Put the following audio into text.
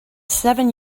seven